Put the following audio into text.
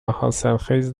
حاصلخیز